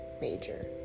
major